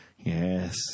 Yes